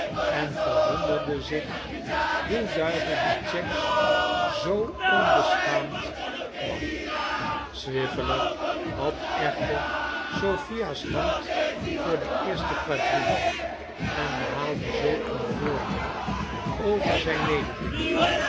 en verwonderde zich hoe duivel die cheggs zoo onbeschaamd kwam swiveller had echter sophia's hand voor de eerste quadrille en behaalde zoo een voordeel over zijn mededinger